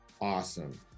awesome